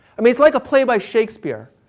i mean, it's like a play by shakespeare.